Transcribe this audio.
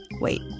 wait